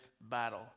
battle